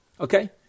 Okay